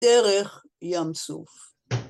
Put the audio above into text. דרך ים סוף.